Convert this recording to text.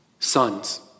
sons